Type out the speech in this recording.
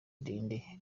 ndende